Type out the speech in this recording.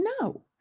no